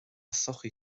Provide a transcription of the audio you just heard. sochaí